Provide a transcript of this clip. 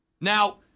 Now